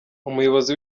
umuyobozi